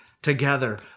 Together